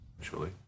Surely